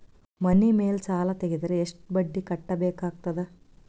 ಮನಿ ಮೇಲ್ ಸಾಲ ತೆಗೆದರ ಎಷ್ಟ ಬಡ್ಡಿ ಕಟ್ಟಬೇಕಾಗತದ?